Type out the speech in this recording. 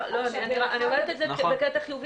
אני אומרת את זה בקטע חיובי.